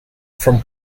from